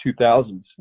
2000s